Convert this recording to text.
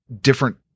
different